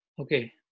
Okay